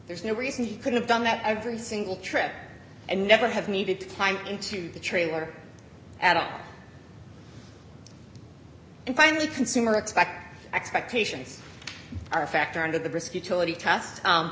there's no reason he could have done that every single trip and never have needed to climb into the trailer at all and finally consumer expect expectations are a factor under the risk utility test